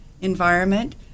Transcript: environment